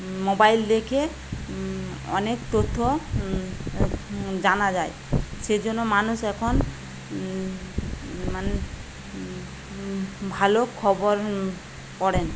mobile দেখে অনেক তথ্য জানা যায় সেজন্য মানুষ এখন মানে ভালো খবর পড়েন